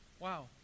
Wow